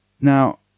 now